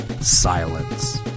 Silence